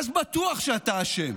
אז בטוח שאתה אשם.